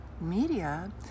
media